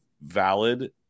valid